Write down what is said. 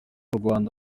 rwanda